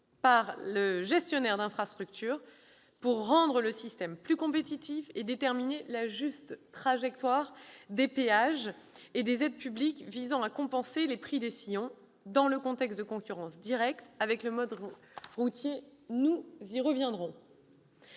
par le gestionnaire d'infrastructure, de façon à rendre le système plus compétitif et à déterminer la juste trajectoire des péages et des aides publiques visant à compenser les prix des sillons, dans le contexte de concurrence directe, avec le mode routier ; nous y reviendrons.